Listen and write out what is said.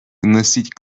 вносить